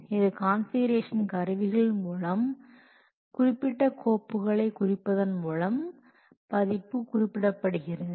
இது கான்ஃபிகுரேஷன் கருவிகள் மூலம் குறிப்பிட்ட கோப்புகளை குறிப்பதன் மூலம் பதிப்பு குறிப்பிடப்படுகிறது